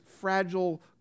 fragile